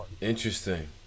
interesting